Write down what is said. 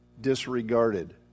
disregarded